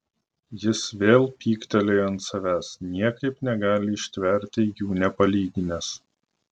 jis vėl pyktelėjo ant savęs niekaip negali ištverti jų nepalyginęs